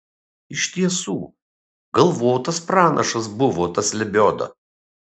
iš tiesų galvotas pranašas buvo tas lebioda